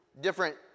different